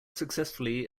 successfully